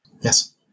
Yes